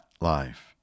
life